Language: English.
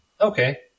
okay